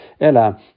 Ella